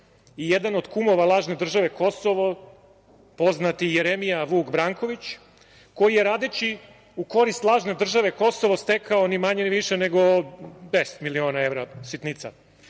i jedan od kumova lažne države Kosovo, poznati Jeremija, Vuk Branković koji je radeći u korist lažne države Kosovo stekao, ni manje, ni više nego 10 miliona evra, sitnica.